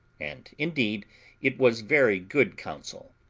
and indeed it was very good counsel.